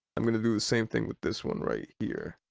um gonna do the same thing with this one right here.